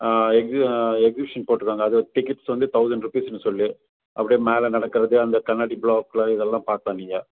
ஆ எக்கு எக்ஸிபிஷன் போட்டு இருக்காங்க டிக்கெட்ஸ் வந்து தௌஸண்ட் ரூபீஸ்சுன்னு சொல்லி அப்படியே மேலே நடக்குறது அந்த கண்ணாடி ப்ளாக்கில் இத எல்லாம் பார்க்கலாம் நீங்கள்